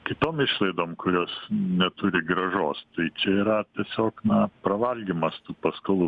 kitom išlaidom kurios neturi grąžos tai čia yra tiesiog na pravalgymas tų paskolų